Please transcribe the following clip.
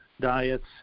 diets